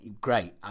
great